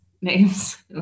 names